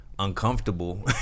uncomfortable